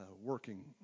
working